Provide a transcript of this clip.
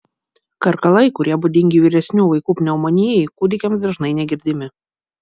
karkalai kurie būdingi vyresnių vaikų pneumonijai kūdikiams dažnai negirdimi